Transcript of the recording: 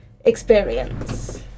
experience